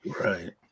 Right